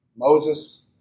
Moses